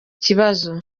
ikibazo